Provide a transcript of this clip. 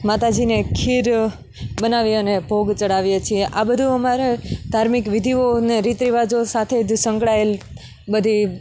માતાજીને ખીર બનાવી અને ભોગ ચડાવીએ છીએ આ બધું અમારે ધાર્મિક વિધિઓને રીત રિવાજો સાથે જ સંકળયેલ બધી